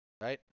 Right